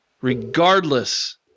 regardless